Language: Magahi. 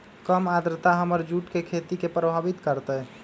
कम आद्रता हमर जुट के खेती के प्रभावित कारतै?